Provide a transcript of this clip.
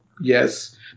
yes